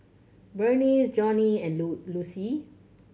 Vernice Jonnie and Lucie